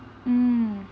mm